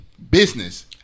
Business